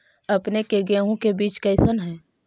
अपने के गेहूं के बीज कैसन है?